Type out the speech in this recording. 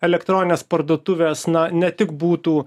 elektroninės parduotuvės na ne tik būtų